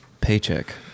paycheck